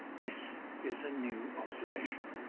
this is a new observation.